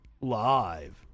live